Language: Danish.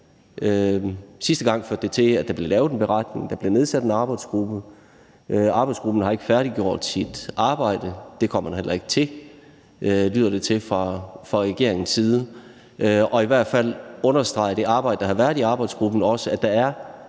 Sidste gang førte det til, at der blev lavet en beretning, og at der blev nedsat en arbejdsgruppe. Arbejdsgruppen har ikke færdiggjort sit arbejde. Det kommer den heller ikke til, lyder det fra regeringens side. I hvert fald understreger det arbejde, der har været i arbejdsgruppen, også, at der er